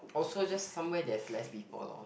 also just somewhere there is less people lor